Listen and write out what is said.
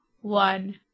one